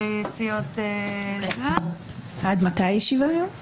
עלה לבחון את האפשרות שיהיה שיקול לבית המשפט